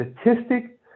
statistic